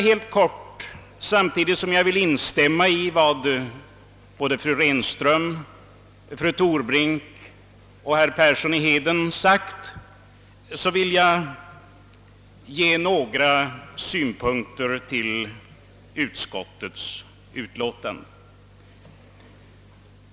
Jag vill instämma i vad såväl fru Ren ström-Ingenäs, fru Torbrink som herr Persson i Heden sagt och dessutom ge några ytterligare synpunkter på utskottets utlåtande.